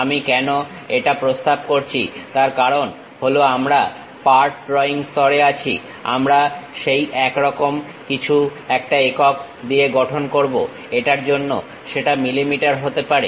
আমি কেন এটা প্রস্তাব করছি তার কারণ হলো আমরা পার্ট ড্রইং স্তরে আছিআমরা সেই একইরকম কিছু একটা একক দিয়ে গঠন করবো এটার জন্য সেটা mm হতে পারে